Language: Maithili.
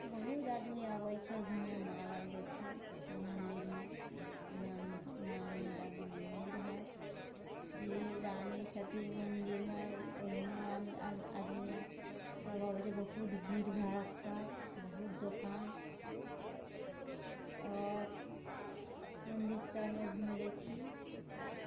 बहुत आदमी अबै छै घूमे मन्दिरमे नामी नामी दामी मन्दिर हय श्री रानी सती मन्दिर हय ओइमे आदमी यऽ सब अबै छै बहुत भीड़ भड़ाका बहुत दोकान आओर मन्दिर सबमे घुमि लै छी